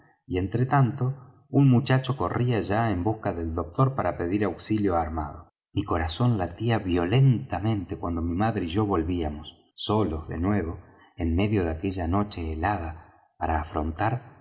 y entre tanto un muchacho corría ya en busca del doctor para pedir auxilio armado mi corazón latía violentamente cuando mi madre y yo volvíamos solos de nuevo en medio de aquella noche helada para afrontar